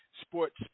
sports